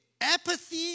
apathy